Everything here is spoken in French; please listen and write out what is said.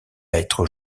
être